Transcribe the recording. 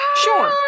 Sure